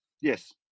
yes